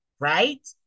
right